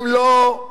הם לא,